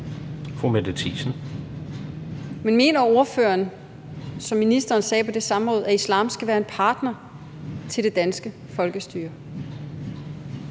Men mener ordføreren, som ministeren sagde på det samråd, at islam skal være en partner til det danske folkestyre?